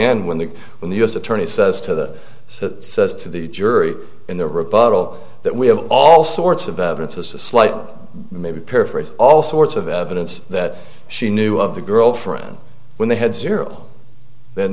end when the when the u s attorney says to the so it says to the jury in the rebuttal that we have all sorts of evidence as a slight maybe paraphrase all sorts of evidence that she knew of the girlfriend when they had zero then